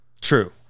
True